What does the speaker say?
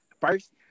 first